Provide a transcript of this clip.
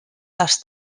les